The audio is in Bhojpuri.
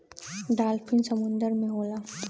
डालफिन समुंदर में होला